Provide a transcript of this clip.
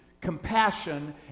compassion